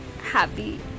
happy